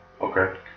Okay